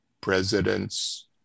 presidents